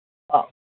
હા